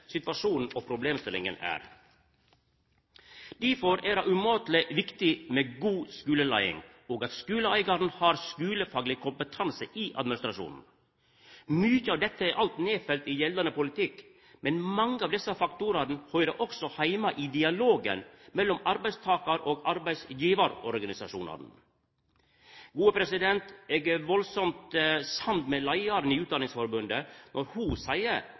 situasjonen og problemstillinga er. Difor er det umåteleg viktig med god skuleleiing, og at skuleeigaren har skulefagleg kompetanse i administrasjon. Mykje av dette er alt nedfelt i gjeldande politikk, men mange av desse faktorane høyrer òg heime i dialogen mellom arbeidstakaren og arbeidsgjevarorganisasjonane. Eg er veldig samd med leiaren i Utdanningsforbundet når ho seier